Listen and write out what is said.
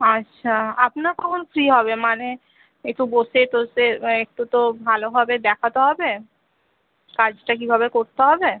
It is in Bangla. আচ্ছা আপনারা কখন ফ্রি হবে মানে একটু বসে টসে একটু তো ভালোভাবে দেখাতে হবে কাজটা কীভাবে করতে হবে